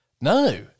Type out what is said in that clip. No